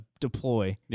deploy